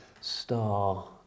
star